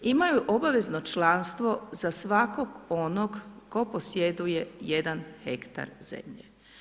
Imaju obavezno članstvo za svakog onog tko posjeduje 1 hektar zemlje.